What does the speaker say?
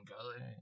color